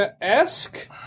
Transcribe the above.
esque